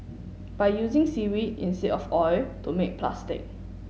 by using seaweed instead of oil to make plastic